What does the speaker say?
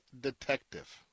detective